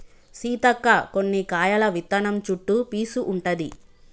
సీతక్క కొన్ని కాయల విత్తనం చుట్టు పీసు ఉంటది